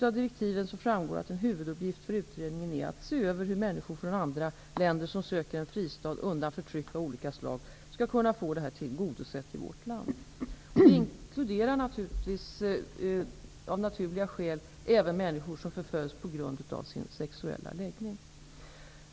Av direktiven framgår att en huvuduppgift för utredningen är att den skall se över hur människor från andra länder som söker en fristad undan förtryck av olika slag skall kunna få detta tillgodosett i vårt land. Detta inkluderar av naturliga skäl även människor som förföljs på grund av sin sexuella läggning.